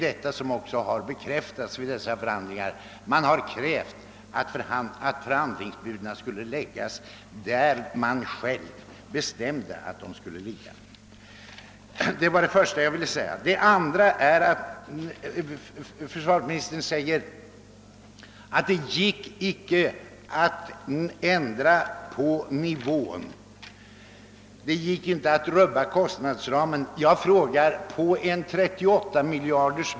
Det har också bekräftats vid förhandlingarna att man krävt att förhandlingsbuden skulle ligga på den nivå, där man på den ena sidan bestämt att de skulle ligga. Försvarsministern sade vidare att det icke gick att ändra på nivån, dvs. att det icke gick att rubba på kostnadsramen.